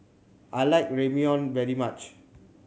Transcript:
I like Ramyeon very much